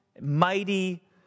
mighty